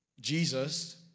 Jesus